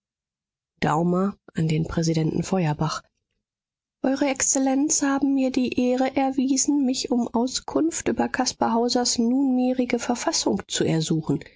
daumer an den präsidenten feuerbach eure exzellenz haben mir die ehre erwiesen mich um auskunft über caspar hausers nunmehrige verfassung zu ersuchen